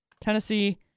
Tennessee